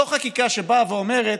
זאת לא חקיקה שבאה ואומרת: